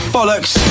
Bollocks